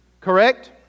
Correct